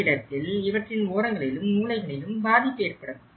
இந்த இடத்தில் இவற்றின் ஓரங்களிலும் மூலைகளிலும் பாதிப்பு ஏற்படும்